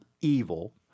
evil